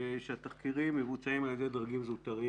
התחקירים הם מבוצעים על ידי דרגים זוטרים